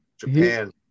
Japan